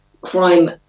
crime